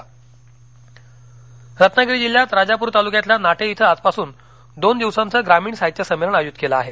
संमेलन रत्नागिरी रत्नागिरी जिल्ह्यात राजापूर तालुक्यातल्या नाटे इथं आजपासून दोन दिवसांचं ग्रामीण साहित्य संमेलन आयोजित केलं आहे